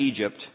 Egypt